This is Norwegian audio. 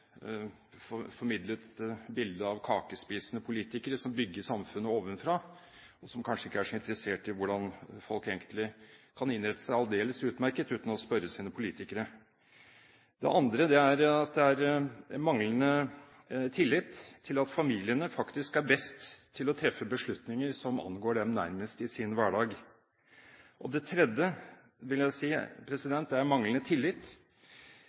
formidlet bildet av kakespisende politikere som bygger samfunnet ovenfra, og som kanskje ikke er så interessert i hvordan folk egentlig kan innrette seg aldeles utmerket uten å spørre sine politikere. Det andre er at det er manglende tillit til at familiene faktisk er best til å treffe beslutninger som angår dem nærmest i deres hverdag. Det tredje vil jeg si er manglende respekt for at folk velger annerledes enn vår politiske elite mener er